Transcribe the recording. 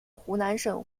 湖南省